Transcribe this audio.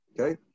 Okay